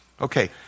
Okay